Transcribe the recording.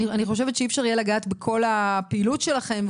אני חושבת שאי אפשר יהיה לגעת בכל הפעילות שלכם,